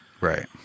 Right